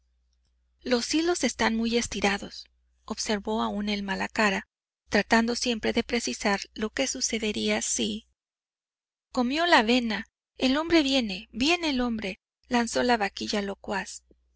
los hilos están muy estirados observó aún el malacara tratando siempre de precisar lo que sucedería si comió la avena el hombre viene viene el hombre lanzó la vaquilla locuaz